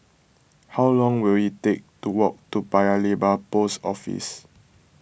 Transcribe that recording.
how long will it take to walk to Paya Lebar Post Office